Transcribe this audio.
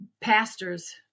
Pastors